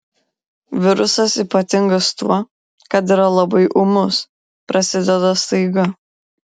virusas ypatingas tuo kad yra labai ūmus prasideda staiga